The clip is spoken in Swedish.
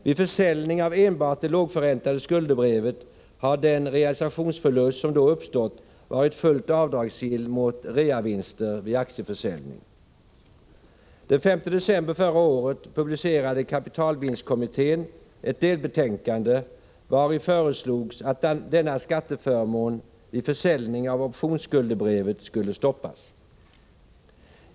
Vid försäljning av enbart det lågförräntade skuldebrevet har den realisationsförlust som då uppstått varit fullt avdragsgill mot reavinster vid aktieförsäljning. Den 5 december förra året publicerade kapitalvinstkommittén ett delbetänkande, vari föreslogs att denna skatteförmån vid försäljning av optionsskuldebrev skulle stoppas.